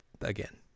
again